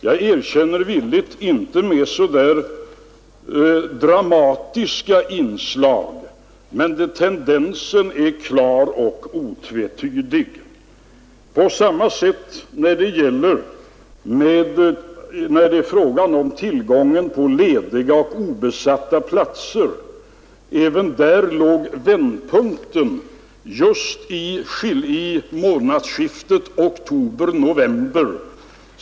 Jag erkänner villigt att det inte varit med så dramatiska inslag, men tendensen är klar och otvetydig. På samma sätt är det i fråga om tillgången på lediga och obesatta platser. Även härvidlag låg vändpunkten just vid månadsskiftet oktober/ november.